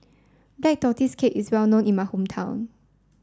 Black Tortoise Cake is well known in my hometown